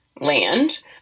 land